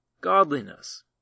godliness